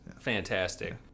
fantastic